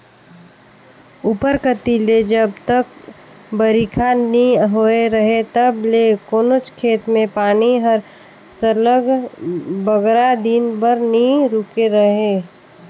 उपर कती ले जब तक बरिखा नी होए रहें तब ले कोनोच खेत में पानी हर सरलग बगरा दिन बर नी रूके रहे